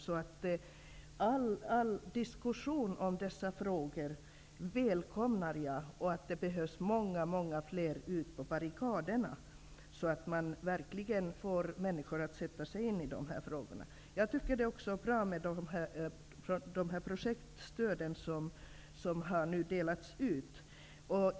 Jag välkomnar all diskussion i dessa frågor. Det behövs många fler människor på barrikaderna för att få människor att sätta sig in i de här frågorna. Det projektstöd som nu delats ut är bra.